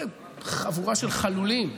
איזו חבורה של חלולים,